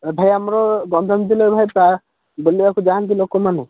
ଭାଇ ଆମର ଗଞ୍ଜାମ ଜିଲ୍ଲାର ପାର୍କ ବୁଲିବାକୁ ଯାଆନ୍ତି ଲୋକମାନେ